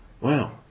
wow